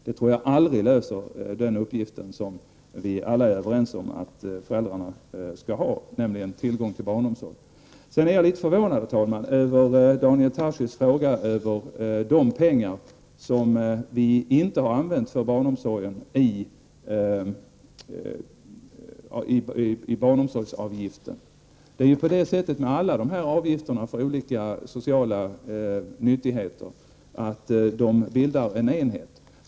Jag tror aldrig att detta kan ge föräldrarna det som vi alla är överens om att de skall ha, nämligen tillgång till barnomsorg. Jag är, herr talman, litet förvånad över Daniel Tarschys fråga angående den del av barnomsorgsavgiften som vi inte har använt inom barnomsorgen. Det är ju på det sättet att alla avgifter för olika sociala nyttigheter bildar en enhet.